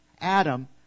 Adam